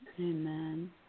amen